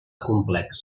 complex